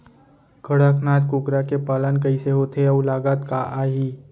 कड़कनाथ कुकरा के पालन कइसे होथे अऊ लागत का आही?